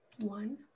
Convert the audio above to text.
One